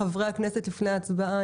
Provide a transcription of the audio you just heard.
חברי הכנסת לפני ההצבעה,